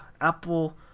Apple